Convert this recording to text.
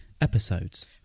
episodes